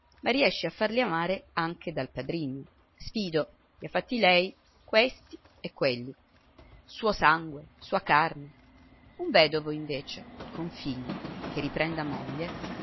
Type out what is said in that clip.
ma riesce a farli amare anche dal padrigno fido i ha fatti lei questi e quelli suo sangue sua carne un vedovo invece con figli che riprenda moglie